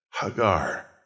Hagar